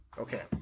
Okay